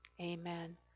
amen